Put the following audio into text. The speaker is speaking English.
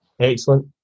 Excellent